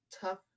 tough